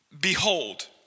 behold